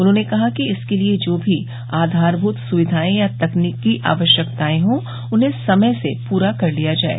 उन्होंने कहा कि इसके लिये जो भी आधारमूत सुविधाएं या तकनीकी आवश्यकताएं हो उन्हें समय से पूरा कर लिया जाये